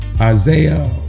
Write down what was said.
Isaiah